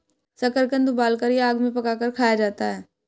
शकरकंद उबालकर या आग में पकाकर खाया जाता है